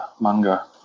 manga